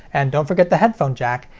and don't forget the headphone jack,